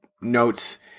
notes